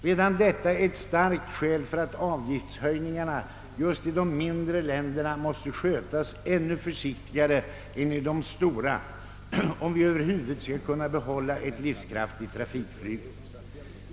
Redan detta är ett starkt skäl för att avgiftshöjningarna just i de mindre länderna måste skötas ännu mera försiktigt än i de stora, om vi över huvud taget skall kunna behålla ett livskraftigt trafikflyg.